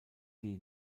die